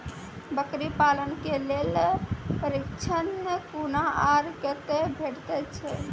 बकरी पालन के लेल प्रशिक्षण कूना आर कते भेटैत छै?